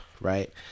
right